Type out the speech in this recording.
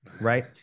right